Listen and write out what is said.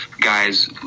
guys